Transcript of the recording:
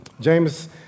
James